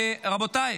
רבותיי,